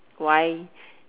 why